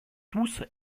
douce